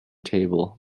table